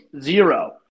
zero